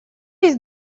есть